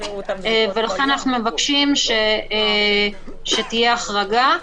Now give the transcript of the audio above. לכן אנחנו מבקשים שתהיה החרגה,